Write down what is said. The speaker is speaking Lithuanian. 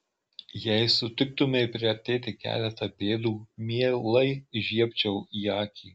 jei sutiktumei priartėti keletą pėdų mielai žiebčiau į akį